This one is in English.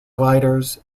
gliders